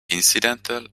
incidental